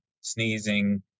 sneezing